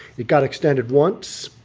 it got extended once,